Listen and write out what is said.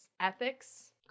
ethics